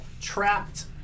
trapped